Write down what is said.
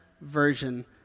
version